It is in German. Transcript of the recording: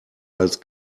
als